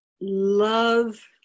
love